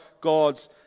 God's